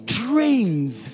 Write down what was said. trains